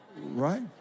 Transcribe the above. right